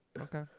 Okay